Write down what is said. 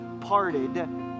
parted